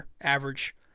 average